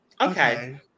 Okay